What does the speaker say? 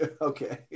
Okay